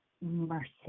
mercy